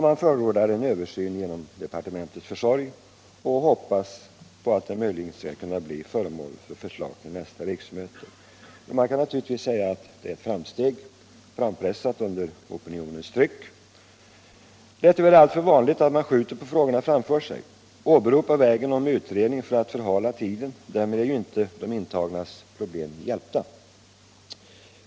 Man förordar en översyn genom departementets försorg och hoppas på att saken möjligen skall kunna bli föremål för förslag till nästa riksmöte. Det kan sägas vara ett framsteg frampressat under opinionens tryck. Det är tyvärr alltför vanligt att man skjuter frågorna framför sig, åberopar vägen om utredning för att förhala tiden, men därmed är ju inte de intagna hjälpta.